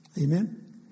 Amen